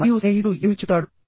మరియు స్నేహితుడు ఏమి చెబుతాడు